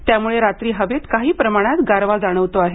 त्यामुळे रात्री हवेत काही प्रमाणात गारवा जाणवतो आहे